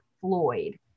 Floyd